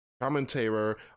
Commentator